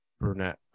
brunette